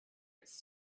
its